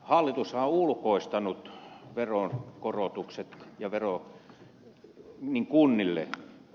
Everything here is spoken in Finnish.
hallitushan on ulkoistanut veronkorotukset kunnille